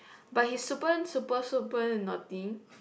but he's super super super naughty